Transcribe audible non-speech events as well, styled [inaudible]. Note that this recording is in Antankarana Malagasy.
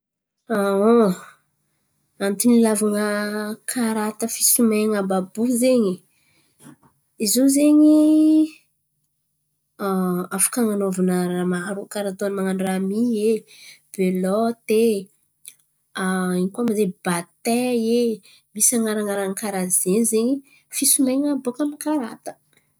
[hesitation] Antony ilàvan̈a karta fisomain̈a àby àby io zen̈y. Izy io zen̈y [hesitation] afaka an̈anaovana raha maro karà ataony man̈ano ramÿ e Beloty e! [hesitation] ino koa ma izy in̈y? Batay e. Misy an̈aran̈arany karà ze zen̈y fisomain̈a boaka amy karata.